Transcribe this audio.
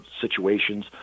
situations